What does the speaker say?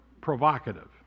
provocative